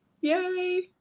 Yay